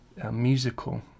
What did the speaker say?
musical